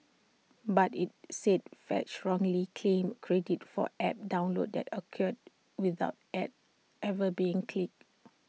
but IT said fetch wrongly claimed credit for app downloads that occurred without ads ever being clicked